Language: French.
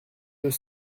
deux